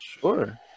Sure